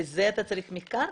לזה אתה צריך מחקר?